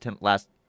last